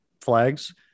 flags